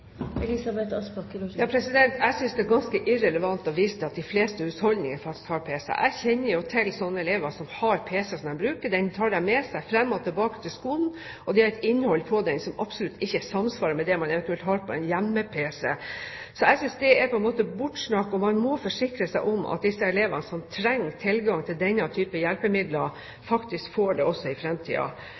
Jeg synes det er ganske irrelevant å vise til at de fleste husholdninger har pc. Jeg kjenner elever som har pc som de bruker. Den tar de med seg fram og tilbake til skolen, og den har et innhold som absolutt ikke samsvarer med det man eventuelt har på en hjemme-pc. Så jeg synes det på en måte er bortsnakk. Man må forsikre seg om at de elevene som trenger tilgang til denne type hjelpemiddel, faktisk får det også i